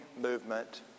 movement